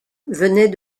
venait